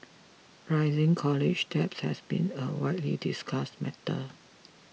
rising college debt has been a widely discussed matter